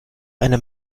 eine